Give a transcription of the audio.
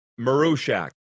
Marushak